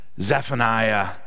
Zephaniah